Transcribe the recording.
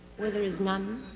where there is none.